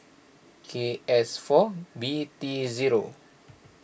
K S four B T zero